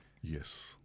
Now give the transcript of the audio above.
Yes